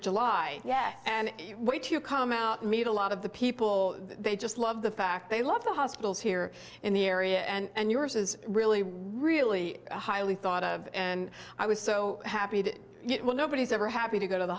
july yes and what you come out meet a lot of the people they just love the fact they love the hospitals here in the area and yours is really really highly thought of and i was so happy to nobody's ever happy to go to the